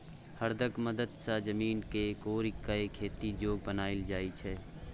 हरक मदति सँ जमीन केँ कोरि कए खेती जोग बनाएल जाइ छै